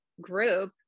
group